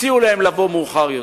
הציעו להם לבוא מאוחר יותר,